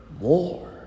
more